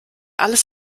alles